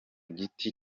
giti